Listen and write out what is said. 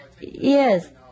Yes